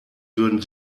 würden